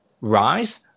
rise